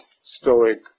stoic